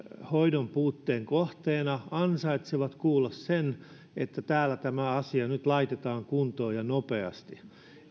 hoidon puutteen kohteena ansaitsevat kuulla sen että täällä tämä asia nyt laitetaan kuntoon ja nopeasti